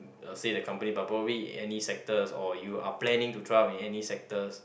uh say the company but probably any sectors or you are planning to draft in any sectors